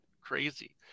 Crazy